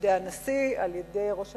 על-ידי הנשיא, על-ידי ראש הממשלה.